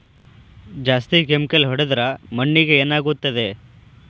ಜಾಸ್ತಿ ಕೆಮಿಕಲ್ ಹೊಡೆದ್ರ ಮಣ್ಣಿಗೆ ಏನಾಗುತ್ತದೆ?